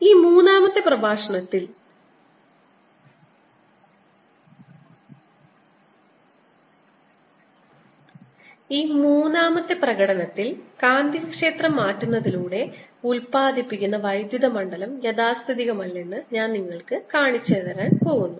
ഈ മൂന്നാമത്തെ പ്രകടനത്തിൽ കാന്തികക്ഷേത്രം മാറ്റുന്നതിലൂടെ ഉത്പാദിപ്പിക്കുന്ന വൈദ്യുത മണ്ഡലം യാഥാസ്ഥിതികമല്ലെന്ന് ഞാൻ നിങ്ങൾക്ക് കാണിച്ചുതരാൻ പോകുന്നു